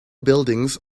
buildings